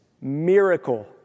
miracle